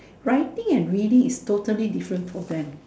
writing and reading is totally different for them